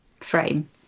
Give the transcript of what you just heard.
frame